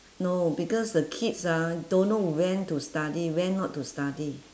no because the kids ah don't know when to study when not to study